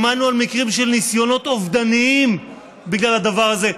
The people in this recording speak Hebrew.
שמענו על מקרים של ניסיונות אובדניים בגלל הדבר הזה.